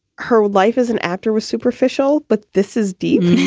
her life as an actor was superficial, but this is deep.